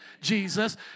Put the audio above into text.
Jesus